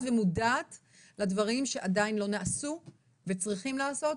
ומודעת לדברים שעדיין לא נעשו וצריכים להיעשות.